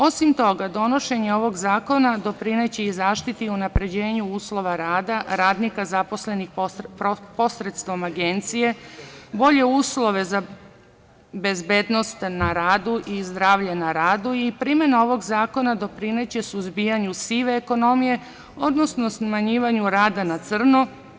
Osim toga, donošenje ovog zakona doprineće i zaštiti i unapređenju uslova rada radnika zaposlenih posredstvom agencije, bolje uslove za bezbednost radu i zdravlje na radu, i primena ovog zakona doprineću suzbijanju sive ekonomije, odnosno smanjivanju rada na crno.